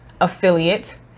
affiliate